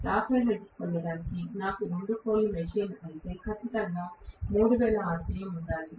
50 hertz పొందడానికి నాకు 2 pole machine అయితే వేగం ఖచ్చితంగా 3000 rpm ఉండాలి